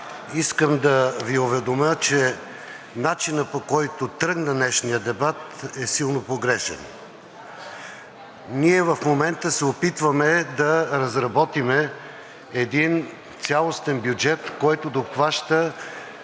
искам да Ви уведомя, че начинът, по който тръгна днешният дебат, е силно погрешен. Ние в момента се опитваме да разработим един цялостен бюджет, който да обхваща